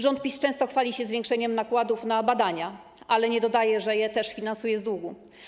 Rząd PiS często chwali się zwiększeniem nakładów na badania, ale nie dodaje, że je też finansuje z długu.